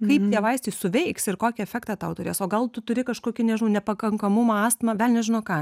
kaip tie vaistai suveiks ir kokį efektą tau turės o gal tu turi kažkokį nežinau nepakankamumą astmą velnias žino ką